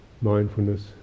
mindfulness